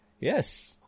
Yes